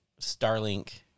Starlink